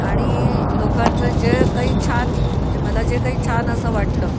आणि लोकांचं जे काही छान म्हणजे मला जे काही छान असं वाटलं